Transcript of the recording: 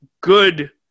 good